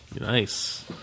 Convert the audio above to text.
Nice